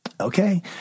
Okay